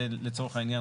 לצורך העניין,